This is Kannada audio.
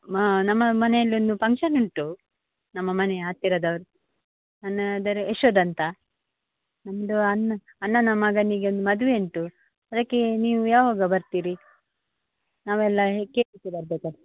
ಹಾಂ ನಮ್ಮ ಮನೆಲ್ಲಿ ಒಂದು ಫಂಕ್ಷನ್ ಉಂಟು ನಮ್ಮ ಮನೆಯ ಹತ್ತಿರದವ್ರ ನನ್ನದರ ಯಶೋದ ಅಂತ ನಮ್ಮದು ಅಣ್ಣ ಅಣ್ಣನ ಮಗನಿಗೆ ಒಂದು ಮದುವೆ ಉಂಟು ಅದಕ್ಕೆ ನೀವು ಯಾವಾಗ ಬರ್ತೀರಿ ನಾವೆಲ್ಲ ಬರಬೇಕಾ